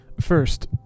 First